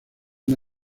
una